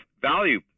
value